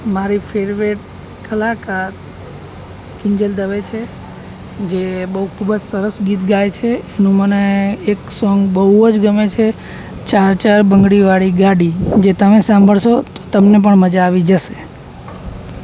મારી ફેવરેટ કલાકાર કિંજલ દવે છે જે બહુ ખૂબ જ સરસ ગીત ગાઈ છે એનું મને એક સોંગ બહુ જ ગમે છે ચાર ચાર બંગળીવાળી ગાડી જે તમે સાંભળશો તો તમને પણ મજા આવી જશે